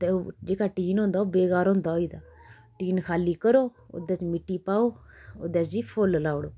ते ओह् जेह्का टीन होंदा ओह् बेकार होंदा होई गेदा टीन खाल्ली करो ओह्दे च मिट्टी पाओ ओह्दे च जी फुल्ल लाउड़े